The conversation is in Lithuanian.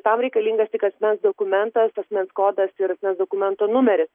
tam reikalingas tik asmens dokumentas asmens kodas ir asmens dokumento numeris